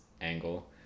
angle